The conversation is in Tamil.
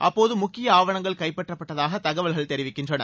அப்போது முக்கிய ஆவணங்கள் கைப்பற்றப்பட்டதாக தகவல் தெரிவிக்கின்றன